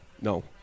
No